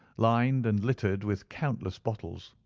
lined and littered with countless bottles.